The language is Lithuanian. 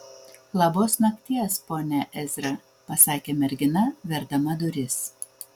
labos nakties pone ezra pasakė mergina verdama duris